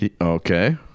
Okay